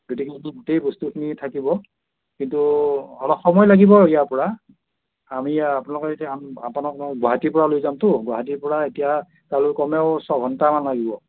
গতিকে সেইটোত গোটেই বস্তুখিনি থাকিব কিন্তু অলপ সময় লাগিব ইয়াৰপৰা আমি আপোনালোকক এতিয়া আপোনালোকক গুৱাহাটীৰপৰা লৈ যামতো গুৱাহাটীৰ পৰা এতিয়া তালৈ কমেও ছয়ঘণ্টা মান লাগিব